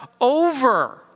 over